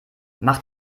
mach